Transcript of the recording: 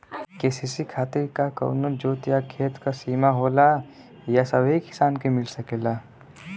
KCC खातिर का कवनो जोत या खेत क सिमा होला या सबही किसान के मिल सकेला?